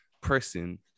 pressing